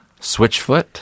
Switchfoot